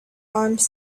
arms